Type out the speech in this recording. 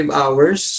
hours